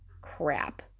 crap